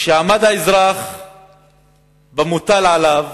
משעמד האזרח במוטל עליו,